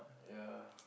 yeah